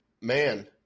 Man